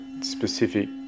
specific